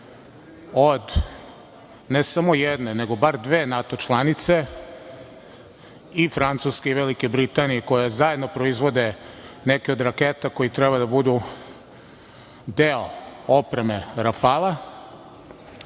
od ne samo jedne, nego bar dve NATO članice, i Francuske i Velike Britanije, koje zajedno proizvode neke od raketa koje treba da budu deo opreme rafala.